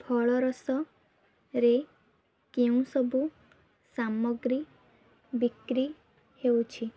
ଫଳରସରେ କେଉଁସବୁ ସାମଗ୍ରୀ ବିକ୍ରି ହେଉଛି